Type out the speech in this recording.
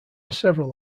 several